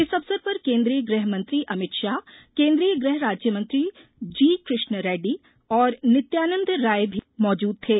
इस अवसर पर केन्द्रीय गृह मंत्री अमित शाह केंद्रीय गृह राज्य मंत्री जी कृष्ण रेड़डी और नित्यानंद राय भी मौजूद थे